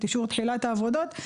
את אישור תחילת העבודות,